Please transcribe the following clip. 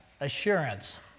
assurance